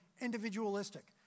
individualistic